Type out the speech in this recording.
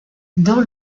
dans